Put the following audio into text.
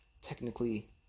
technically